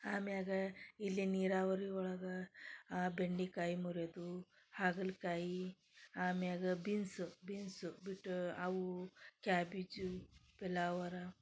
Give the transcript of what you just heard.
ಆಮ್ಯಾಲ ಇಲ್ಲಿ ನೀರಾವರಿ ಒಳಗೆ ಬೆಂಡೆಕಾಯಿ ಮುರಿದು ಹಾಗಲಕಾಯಿ ಆಮ್ಯಾಲ ಬೀನ್ಸು ಬೀನ್ಸು ಬಿಟ್ ಅವು ಕ್ಯಾಬೀಜ್ ಪಿಲ್ಲಾವರ